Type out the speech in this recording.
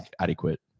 adequate